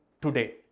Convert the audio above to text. today